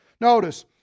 notice